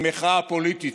למחאה פוליטית,